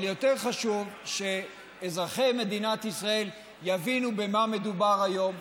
אבל יותר חשוב שאזרחי מדינת ישראל יבינו במה מדובר היום,